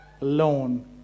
alone